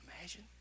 Imagine